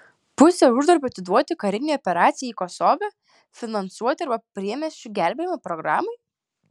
pusę uždarbio atiduoti karinei operacijai kosove finansuoti arba priemiesčių gelbėjimo programai